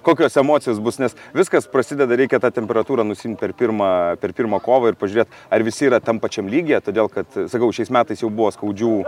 kokios emocijos bus nes viskas prasideda reikia tą temperatūrą nusiimti per pirmą per pirmą kovą ir pažiūrėt ar visi yra tam pačiam lygyje todėl kad sakau šiais metais jau buvo skaudžių